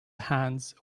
hands